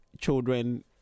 children